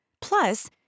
Plus